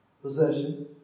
possession